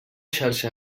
xarxa